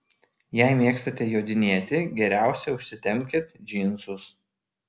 jei mėgstate jodinėti geriausia užsitempkit džinsus